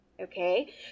Okay